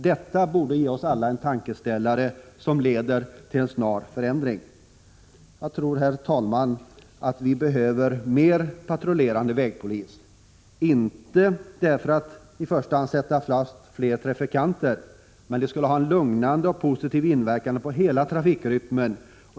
Detta borde ge oss alla en tankeställare som leder till en snar förändring. Jag tror, herr talman, att vi behöver mer patrullerande vägpolis, men inte för att i första hand sätta fast fler trafikanter. Det skulle ha en lugnande och positiv inverkan på hela trafikrytmen.